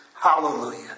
Hallelujah